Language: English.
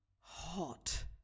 hot